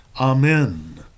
Amen